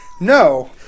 No